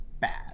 bad